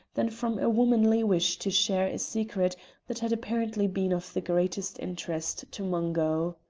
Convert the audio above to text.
than from a womanly wish to share a secret that had apparently been of the greatest interest to mungo.